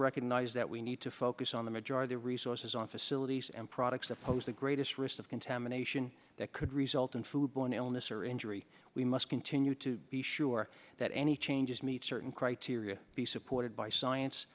recognize that we need to focus on the majority of resources on facilities and products that pose the greatest risk of contamination that could result in food borne illness or injury we must continue to be sure that any changes meet certain criteria be supported by science